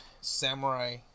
samurai